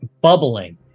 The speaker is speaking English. bubbling